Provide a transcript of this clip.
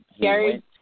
Gary